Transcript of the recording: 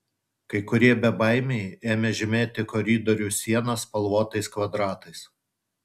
kai kurie bebaimiai ėmė žymėti koridorių sienas spalvotais kvadratais